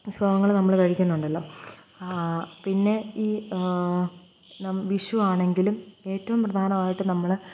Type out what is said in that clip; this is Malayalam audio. വിഭവങ്ങള് നമ്മള് കഴിക്കുന്നുണ്ടല്ലോ പിന്നെ ഈ വിഷുവാണെങ്കിലും ഏറ്റവും പ്രധാനമായിട്ടും നമ്മള്